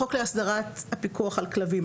בחוק להסדרת הפיקוח על כלבים,